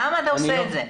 למה עושה את זה?